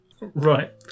Right